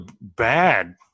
bad